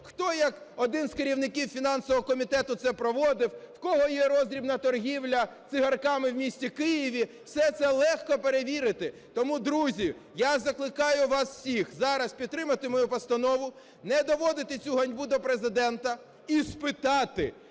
хто як один з керівників фінансового комітету це проводив, в кого є роздрібна торгівля цигарками в місті Києві. Все це легко перевірити. Тому друзі, я закликаю вас всіх, зараз підтримати мою постанову, не доводити цю ганьбу до Президента, і спитати,